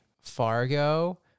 Fargo